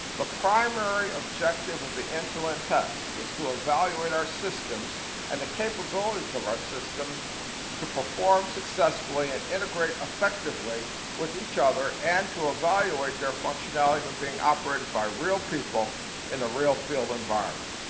the primary objective of the end to end test was to evaluate our systems and the capabilities of our systems to perform successfully and integrate effectively with each other and to evaluate their functionality when being operated by real people in the real field environment.